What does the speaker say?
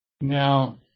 now